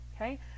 Okay